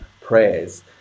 prayers